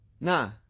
Nah